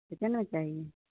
कितने में चाहिए